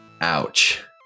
Ouch